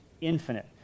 infinite